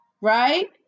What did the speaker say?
right